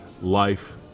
life